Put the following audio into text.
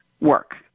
work